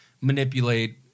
manipulate